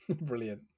Brilliant